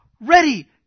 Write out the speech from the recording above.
ready